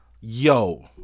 yo